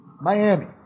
Miami